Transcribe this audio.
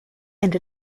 and